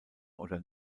oder